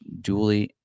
dually